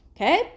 Okay